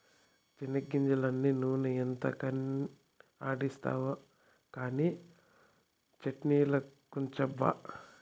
చెనిగ్గింజలన్నీ నూనె ఎంతకని ఆడిస్తావు కానీ చట్ట్నిలకుంచబ్బా